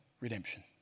redemption